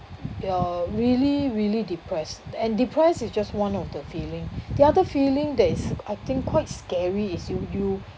you're really really depressed and depressed is just one of the feeling the other feeling that is I think quite scary is you you